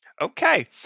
Okay